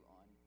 on